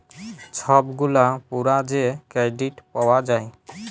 ছব গুলা পুরা যে কেরডিট পাউয়া যায়